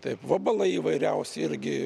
taip vabalai įvairiausi irgi